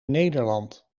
nederland